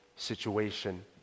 situation